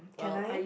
can I